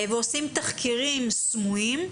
ועושים תחקירים סמויים,